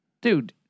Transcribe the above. dude